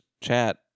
chat